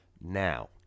Now